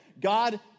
God